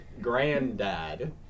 Granddad